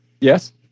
yes